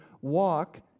walk